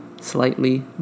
slightly